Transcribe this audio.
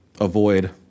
avoid